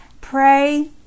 pray